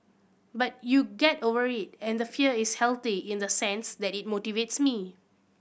but you get over it and the fear is healthy in the sense that it motivates me